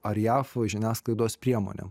ar jav žiniasklaidos priemonėm